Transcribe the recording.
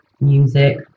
music